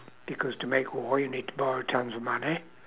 because to make war you need to borrow tons of money